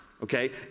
Okay